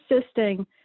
assisting